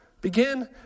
Begin